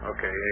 Okay